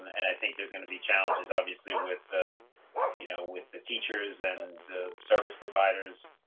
and i think there's going to be challenges obviously with ah you know, with the teachers and the service providers,